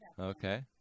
okay